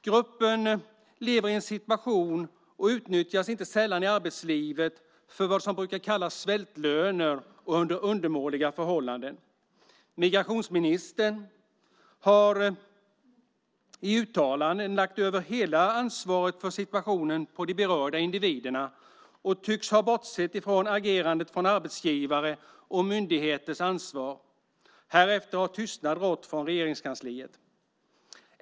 Gruppen lever i en utsatt situation under undermåliga förhållanden och utnyttjas inte sällan i arbetslivet för vad som brukar kallas svältlöner. Migrationsministern har i uttalanden lagt över hela ansvaret för situationen på de berörda individerna och tycks ha bortsett från agerandet från arbetsgivare och myndigheternas ansvar. Härefter har tystnad rått från Regeringskansliet.